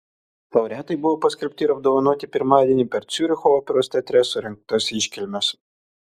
laureatai buvo paskelbti ir apdovanoti pirmadienį per ciuricho operos teatre surengtas iškilmes